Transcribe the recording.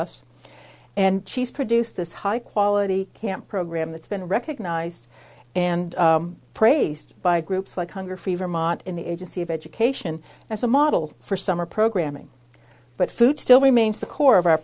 us and she's produced this high quality camp program that's been recognised and praised by groups like hunger fever montt in the agency of education as a model for summer programming but food still remains the core of our